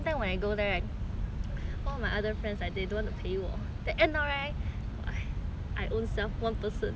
my other friends like they don't want to 陪我 then end up right I own self one person 自己走过去那个 snorkelling